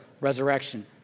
resurrection